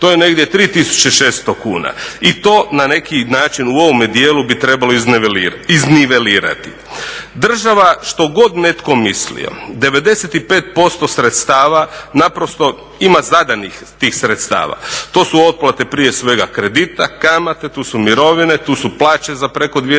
to je negdje 3600 kuna i to na neki način u ovome dijelu bi trebalo iznivelirati. Država što god neko mislio 95% sredstava naprosto ima zadanih tih sredstava, to su otplate prije svega kredita, kamate, tu su mirovine, tu su plaće za preko 250